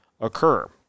occur